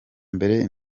mbere